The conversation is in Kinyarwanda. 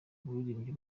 waririmbye